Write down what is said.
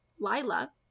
Lila